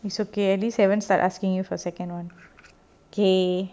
it's okay at least haven't start asking you for second one k